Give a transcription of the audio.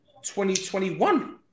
2021